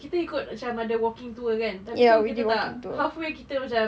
kita ikut macam ada walking tour kan tapi tu kita tak halfway kita macam